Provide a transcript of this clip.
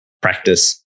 practice